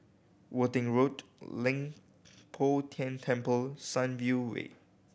Worthing Road Leng Poh Tian Temple Sunview Way